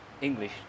English